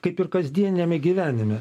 kaip ir kasdieniame gyvenime